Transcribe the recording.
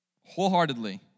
wholeheartedly